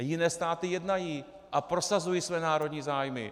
Jiné státy jednají a prosazují své národní zájmy!